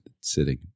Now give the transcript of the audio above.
sitting